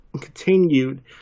continued